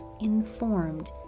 informed